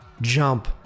jump